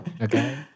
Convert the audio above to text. Okay